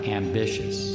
ambitious